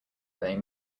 laying